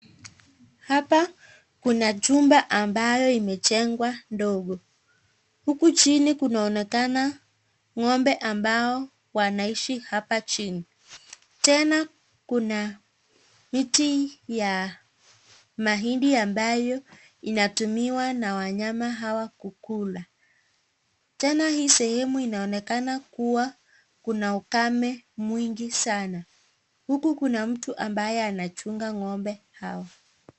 Hapa kuna jumba ambayo imejengwa ndogo. Huku chini kunaonekana mg'ombe ambao wanaishi huku chini. Tena kuna miti ya mahindi ambayo inatumiwa na wanyama hawa kukula. Tena hii sehemu inaonekana kuwa kuna ukame mwingi sana, huku kuna mtu ambaye anachunga ngombe hawa.